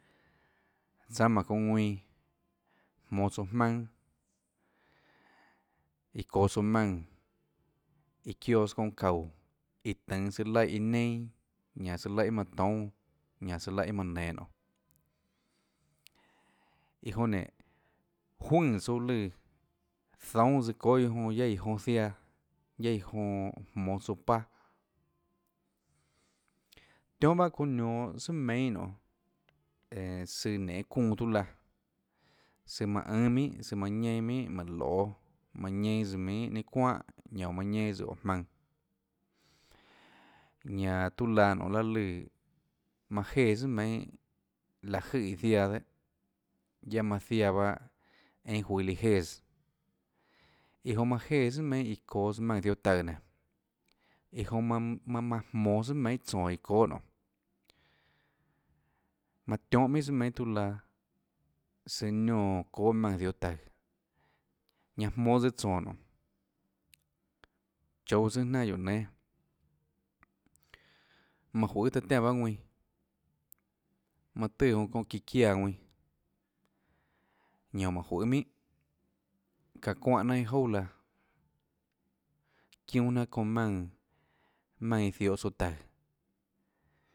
Tsánâ jmáhå çounã ðuinã jmonå tsouã jmanâ iã çoå tsouã maùnã iã çioãs çounã çaúå iã tønå tsøã laíhã iã neinâ ñanã tsøã laíhã iâ manã toúnâ ñanã tsøã laíhã iâ manã nenå nionê iã jonã nénå juønè tsouã lùã zoúnâ tsøã çóâ iã jonã guiaâ iã jonã ziaã guiaâ iã jonã jmonå tsouã paâ tionhâ paâ çounã nionå tsùà meinhâ nionê eeå søã nenê çuunã tiuâ laã søã manã ùnâ minhà søã manã ñenâ minhà manã loê manã ñenâ tsøã minhà ninâ çuánhà oå manã ñenâ tsøã óå jmaønã ñanã tiuâ laã nionê lahê lùã manã jéã tsùàmeinhâ láhå jøè iã ziaã dehâ guiaâ manã ziaã pahâ einã juøå líã jéãs iã jonã manã jéã tsùà meinhà iã çoås tsøã maùnã ziohå taùå nénå iã jonã manã manã jmonå tsùà meinhâ iã tsónå iã çóâ nionê manã tionhå minhà tsùà meinhâ tiuâ laã søã niónã çóâ maùnã ziohå taùå ñanã jmonå tsøã tsónå nionê chouå tsónâ jnanà guióå nénâ manã juøê taã tiánã pahâ ðuinã manã tùã çóhã çiã çiáã ðuinã ñanã oã manã juøê minhà çaã çuáhã jnanà iâ jouà laã çiunâ jnanà çounã maùnã maùnã iã ziohå tsouã taùå.